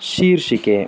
ಶೀರ್ಷಿಕೆ